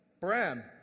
Bram